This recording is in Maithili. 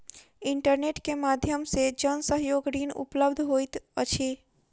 इंटरनेट के माध्यम से जन सहयोग ऋण उपलब्ध होइत अछि